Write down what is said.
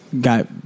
got